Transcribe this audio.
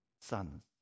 sons